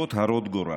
ישיבות הרות גורל,